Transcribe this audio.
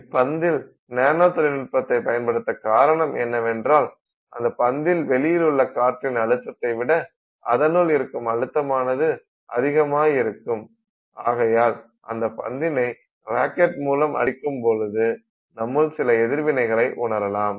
இப் பந்தில் நானோ தொழில் நுட்பத்தை பயன்படுத்த காரணம் என்னவென்றால் அந்த பந்தில் வெளியிலுள்ள காற்றின் அழுத்தத்தை விட அதனுள் இருக்கும் அழுத்தமானது அதிகமாய் இருக்கும் ஆகையால் அந்த பந்தினை ராக்கெட் மூலம் அடிக்கும் பொழுது நம்முள் சில எதிர்வினைகளை உணரலாம்